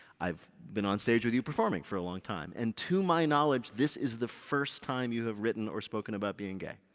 i've been on stage with you performing for a long time and to my knowledge, this is the first time you have written or spoken about being gay,